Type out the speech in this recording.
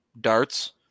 Darts